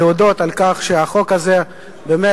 להודות על כך שהחוק הזה עבר,